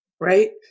Right